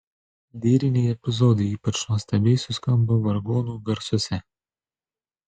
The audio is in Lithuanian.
lyriniai epizodai ypač nuostabiai suskambo vargonų garsuose